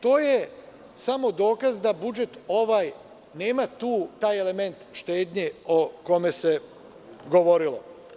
To je samo dokaz da ovaj budžet nema taj element štednje o kome se govorilo.